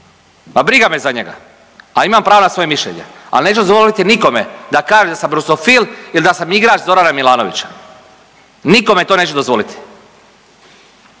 pa briga me za njega, a imam pravo na svoje mišljenje, al' neću dozvoliti nikome da kaže da sam rusofil ili da sam igrač Zorana Milanovića. Nikome to neću dozvoliti.